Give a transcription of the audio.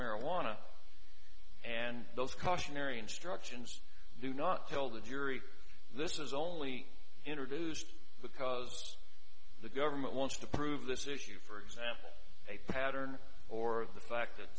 marijuana and those cautionary instructions do not tell the jury this is only introduced because the government wants to prove this issue for example a pattern or the fact that